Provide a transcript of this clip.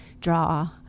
draw